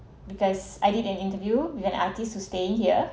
because I did an interview with an artist to stay here